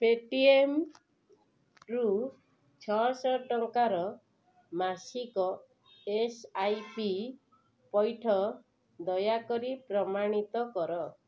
ପେଟିଏମ୍ରୁ ଛଅଶହ ଟଙ୍କାର ମାସିକ ଏସ୍ ଆଇ ପୈଠ ଦୟାକରି ପ୍ରମାଣିତ କର